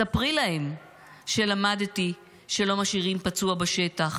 ספרי להם שלמדתי שלא משאירים פצוע בשטח,